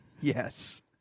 Yes